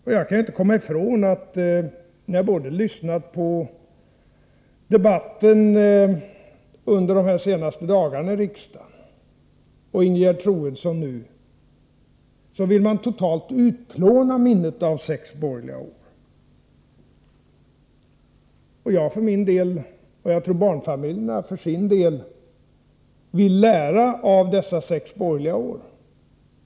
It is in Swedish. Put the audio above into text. Efter att ha lyssnat både till debatten under de senaste dagarna och till Ingegerd Troedsson här i dag kan jag inte komma ifrån känslan av att man totalt vill utplåna minnet av sex borgerliga år. Jag för min del — och tror jag, barnfamiljerna för sin del — vill lära av dessa sex borgerliga år.